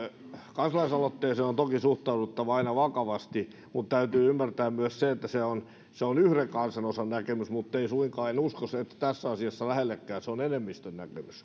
kansalaisaloitteeseen on toki suhtauduttava aina vakavasti mutta täytyy ymmärtää myös se että se on yhden kansanosan näkemys mutta ei suinkaan ja en uskoisi että tässä asiassa se on lähellekään enemmistön